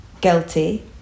guilty